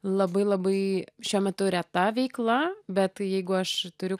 labai labai šiuo metu reta veikla bet jeigu aš turiu